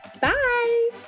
Bye